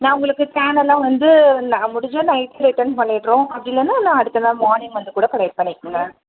நான் உங்களுக்கு கேனெல்லாம் வந்து நான் முடிஞ்சால் நைட் ரிட்டர்ன் பண்ணிடுறோம் அப்படி இல்லைன்னா நான் அடுத்த நாள் மார்னிங் வந்து கூட கலெக்ட் பண்ணிக்கங்க